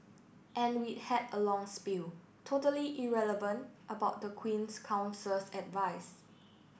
and we had a long spiel totally irrelevant about the Queen's Counsel's advice